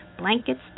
blankets